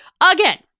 Again